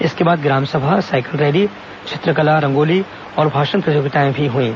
इसके बाद ग्राम सभा सायकल रैली चित्रकला रंगोली और भाषण प्रतियोगिताएं भी हुईं